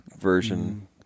version